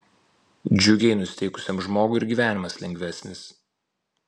džiugiai nusiteikusiam žmogui ir gyvenimas lengvesnis